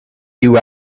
you